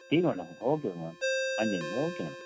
ठीक है madam okay madam हाँ जी हाँ जी ओके मैडम